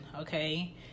okay